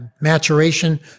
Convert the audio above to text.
maturation